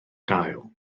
gael